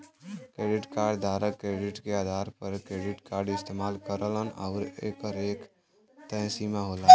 credit card धारक credit के आधार पर क्रेडिट कार्ड इस्तेमाल करलन आउर एकर एक तय सीमा होला